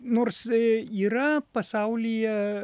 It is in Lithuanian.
nors yra pasaulyje